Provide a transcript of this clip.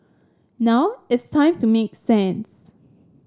now it's time to make sense